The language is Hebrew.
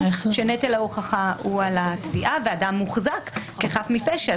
שנטל ההוכחה הוא על התביעה ואדם מוחזק כחף מפשע.